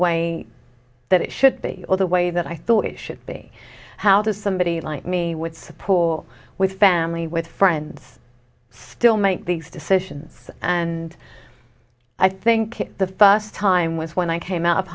way that it should be or the way that i thought it should be how does somebody like me with support with family with friends still make these decisions and i think the fust time was when i came out of